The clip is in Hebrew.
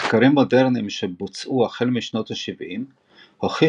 מחקרים מודרניים שבוצעו החל משנות ה-70 הוכיחו